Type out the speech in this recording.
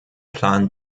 plan